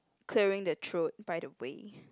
clearing the throat by the way